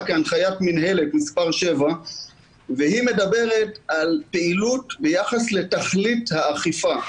כהנחיית מינהלת מספר 7 והיא מדברת על פעילות ביחס לתכלית האכיפה.